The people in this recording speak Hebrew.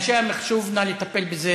אנשי המחשוב, נא לטפל בזה